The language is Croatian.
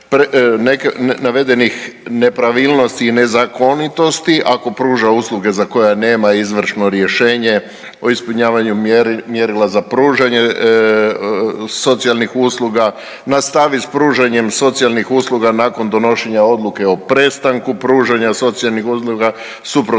navedenih nepravilnosti i nezakonitosti ako pruža usluge za koje nema izvršno rješenje o ispunjavanju mjerila za pružanje socijalnih usluga, nastavi s pružanjem socijalnih usluga nakon donošenja odluke o prestanku pružanja socijalnih usluga suprotno